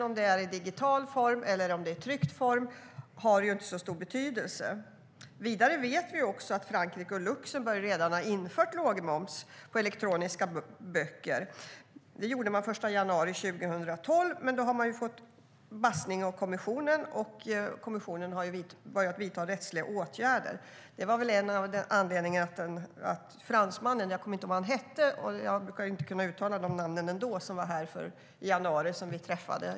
Om det är i digital eller i tryckt form har inte så stor betydelse. Vidare vet vi att Frankrike och Luxemburg redan har infört lågmoms på elektroniska böcker. Det gjorde man den 1 januari 2012, men man har fått bassning av kommissionen som har börjat vidta rättsliga åtgärder. Det var väl en av anledningarna till att fransmannen - jag kommer inte ihåg vad han heter, och jag brukar inte kunna uttala namn på franska ändå - var här i januari.